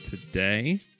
today